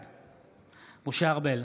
בעד משה ארבל,